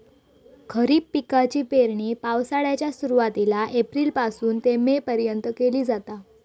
खरीप पिकाची पेरणी पावसाळ्याच्या सुरुवातीला एप्रिल पासून ते मे पर्यंत केली जाता